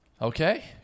Okay